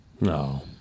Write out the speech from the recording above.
No